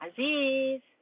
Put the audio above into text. Aziz